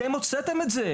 אתם הוצאתם את זה.